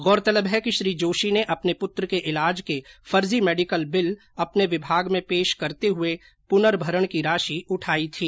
गौरतलब है कि श्री जोशी ने अपने पुत्र के इलाज के फर्जी मेडिकल बिल अपने विभाग में पेश करते हुए पुनर्भरण की राशि उठाई थी